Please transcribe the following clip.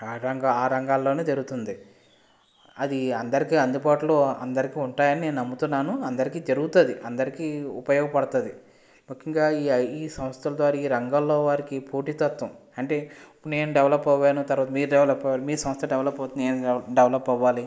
ఆ రంగా ఆ రంగాల్లోనే జరుగుతుంది అది అందరికీ అందుబాటులో అందరికి ఉంటాయని నేను నమ్ముతున్నాను అందరికీ జరుగుతుంది అందరికీ ఉపయోగపడుతుంది ముఖ్యంగా ఈ సంస్థల ద్వారా ఈ రంగంలో వారికి పోటీ తత్వం అంటే నేను డెవలప్ అవ్వాలి తరువాత మీరు డెవలప్ అవ్వాలి మీ సంస్థ డెవలప్ అవుతుంది నేను డెవలప్ అవ్వాలి